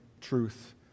truth